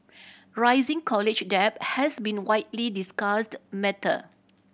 rising college debt has been a widely discussed matter